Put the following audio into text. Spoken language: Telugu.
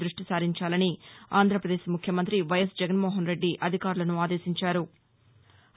దృష్టి సారించాలని ఆంధ్రప్రదేశ్ ముఖ్యమంతి వైఎస్ జగన్మోహన్ రెడ్డి అధికారులను ఆదేశించారు